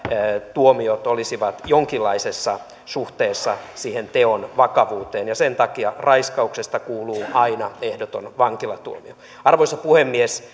tuomiot olisivat jonkinlaisessa suhteessa siihen teon vakavuuteen ja sen takia raiskauksesta kuuluu aina ehdoton vankilatuomio arvoisa puhemies